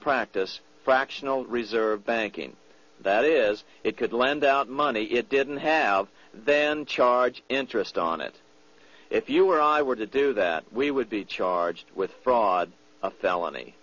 practice fractional reserve banking that is it could lend out money it didn't have then charge interest on it if you were i were to do that we would be charged with fraud